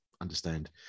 understand